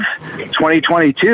2022